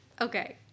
Okay